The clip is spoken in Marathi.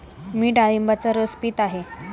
मी डाळिंबाचा रस पीत आहे